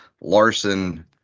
Larson